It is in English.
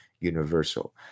universal